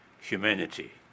humanity